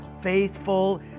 faithful